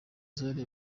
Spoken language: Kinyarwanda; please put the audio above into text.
zari